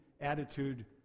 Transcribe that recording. attitude